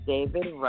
David